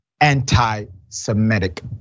anti-Semitic